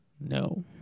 No